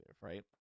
right